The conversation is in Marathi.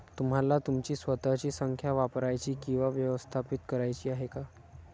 तुम्हाला तुमची स्वतःची संख्या वापरायची किंवा व्यवस्थापित करायची आहे का?